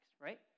right